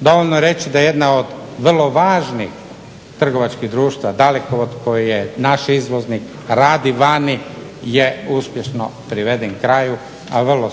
Dovoljno je reći da jedna od vrlo važnih trgovačkih društava Dalekovod koji je naš izvoznik, radi vani je uspješno priveden kraju a vrlo